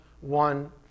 one